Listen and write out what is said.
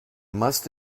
must